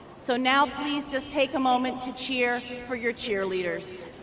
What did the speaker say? so now please just take a moment to cheer for your cheerleaders.